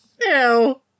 Ew